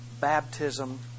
baptism